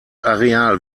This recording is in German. areal